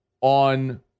on